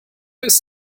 ist